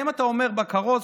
אם אתה אומר בכרוז,